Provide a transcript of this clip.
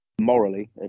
morally